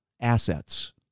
assets